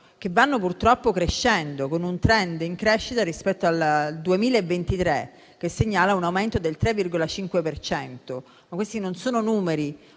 che vanno purtroppo crescendo. Il *trend* in crescita rispetto al 2023 segnala un aumento del 3,5 per cento. Questi non sono numeri